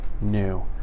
new